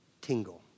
tingle